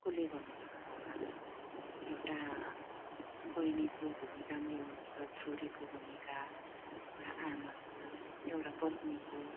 कसले गर्नसक्छ होला र एउटा बहिनीको भूमिका पनि लिनुपर्छ छोरीको भूमिका एउटा आमाको एउटा पत्नीको